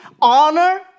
honor